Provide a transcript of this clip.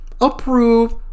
approve